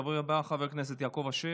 הדובר הבא, חבר הכנסת יעקב אשר,